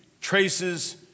traces